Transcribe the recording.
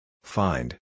Find